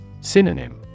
Synonym